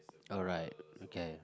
alright okay